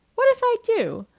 what if i do?